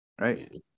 Right